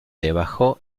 debajo